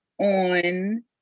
on